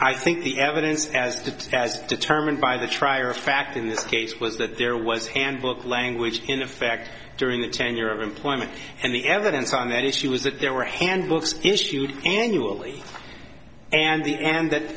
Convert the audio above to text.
i think the evidence as just as determined by the trier of fact in this case was that there was handbook language in effect during the tenure of employment and the evidence on that issue was that there were handbooks issued annually and the and that